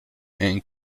and